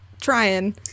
Trying